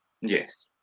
Yes